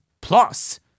plus